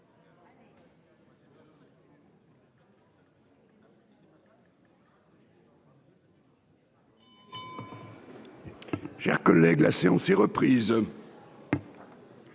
Chers collègues, la séance est reprise.